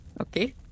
Okay